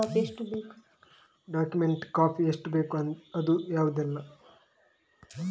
Document copy ಎಷ್ಟು ಬೇಕು ಅದು ಯಾವುದೆಲ್ಲ?